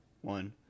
one